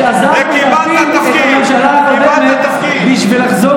אני גאה שעזבתי את הממשלה הקודמת בשביל לחזור